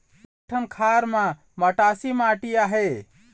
एक ठन खार म मटासी माटी आहे?